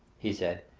he said,